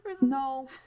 No